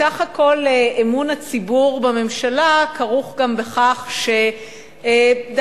בסך הכול אמון הציבור בממשלה כרוך גם בכך שדאגותיהם